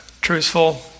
truthful